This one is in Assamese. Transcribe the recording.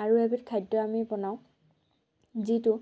আৰু এবিধ খাদ্য আমি বনাওঁ যিটো